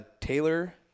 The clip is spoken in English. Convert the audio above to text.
Taylor